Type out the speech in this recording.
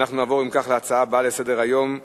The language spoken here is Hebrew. הנושא הבא הוא הצעות לסדר-היום בנושא: